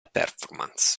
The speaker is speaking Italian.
performance